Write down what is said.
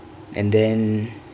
and then